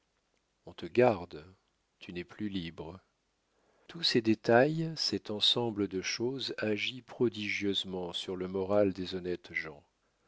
on te garde tu n'es plus libre tous ces détails cet ensemble de choses agit prodigieusement sur le moral des honnêtes gens